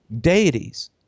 deities